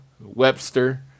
Webster